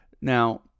Now